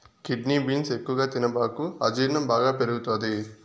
kidney beans ఎక్కువగా తినబాకు అజీర్ణం బాగా పెరుగుతది